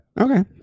okay